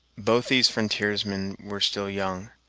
both these frontiersmen were still young,